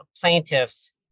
plaintiffs